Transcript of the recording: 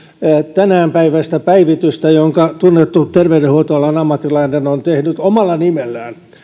tämänpäiväistä päivitystä jonka tunnettu terveydenhuoltoalan ammattilainen on tehnyt omalla nimellään